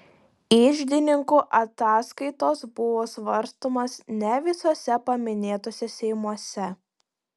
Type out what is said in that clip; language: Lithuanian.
iždininkų ataskaitos buvo svarstomos ne visuose paminėtuose seimuose